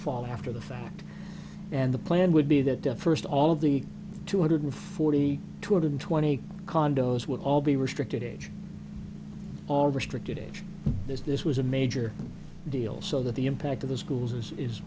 fall after the fact and the plan would be that the first all of the two hundred forty two hundred twenty condos would all be restricted age all restricted age is this was a major deal so that the impact of the schools is is